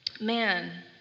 Man